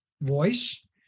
voice